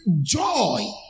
joy